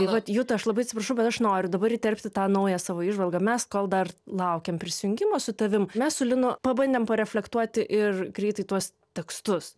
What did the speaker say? vat juta aš labai atsiprašau bet aš noriu dabar įterpti tą naują savo įžvalgą mes kol dar laukėm prisijungimo su tavim mes su linu pabandėm reflektuoti ir greitai tuos tekstus